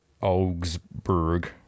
Augsburg